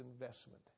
investment